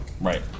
Right